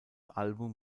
album